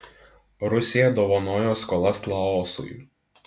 rusija dovanojo skolas laosui